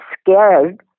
scared